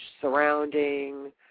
surrounding